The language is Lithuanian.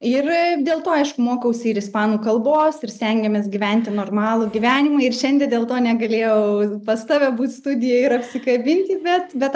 ir dėl to aišku mokausi ir ispanų kalbos ir stengiamės gyventi normalų gyvenimą ir šiandien dėl to negalėjau pas tave būt studijoj ir apsikabinti bet bet